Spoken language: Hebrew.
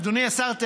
אדוני השר,